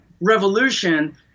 revolution